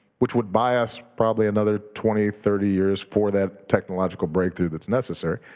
which would buy us probably another twenty, thirty years for that technological breakthrough that's necessary.